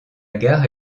gare